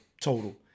total